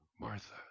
Martha